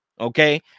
okay